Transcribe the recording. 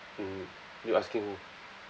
mm you asking who